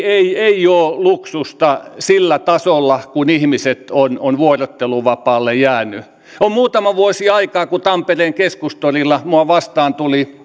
ei ei ole luksusta sillä tasolla kun ihmiset ovat vuorotteluvapaalle jääneet on muutama vuosi aikaa siitä kun tampereen keskustorilla minua vastaan tuli